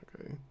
okay